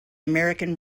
american